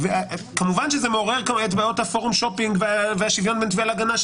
כמובן שזה מעורר את בעיות הפורום שופינג והשוויון בין תביעה להגנה,